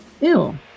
Ew